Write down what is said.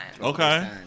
Okay